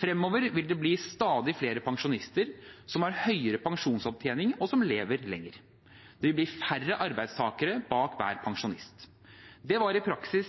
Fremover vil det bli stadig flere pensjonister som har høyere pensjonsopptjening, og som lever lenger. Det vil bli færre arbeidstakere bak hver pensjonist. Det var i praksis